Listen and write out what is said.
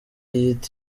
yiyita